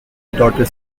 daughter